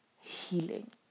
healing